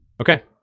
Okay